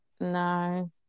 no